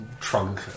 trunk